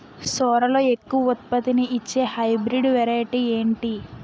సోరలో ఎక్కువ ఉత్పత్తిని ఇచే హైబ్రిడ్ వెరైటీ ఏంటి?